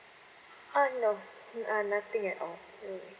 uh no uh nothing at all